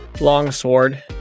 Longsword